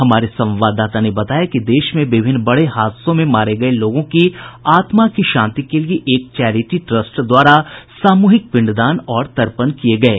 हमारे संवाददाता ने बताया कि देश में विभिन्न बड़े हादसों में मारे गये लोगों की आत्मा की शांति के लिए एक चैरिटी ट्रस्ट द्वारा सामूहिक पिंड दान और तर्पण किये गये